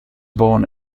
born